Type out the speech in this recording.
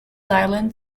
island